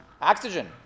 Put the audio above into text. oxygen